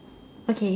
okay